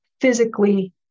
physically